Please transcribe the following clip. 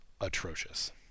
atrocious